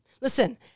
Listen